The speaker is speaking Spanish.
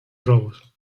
robos